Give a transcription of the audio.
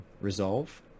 resolve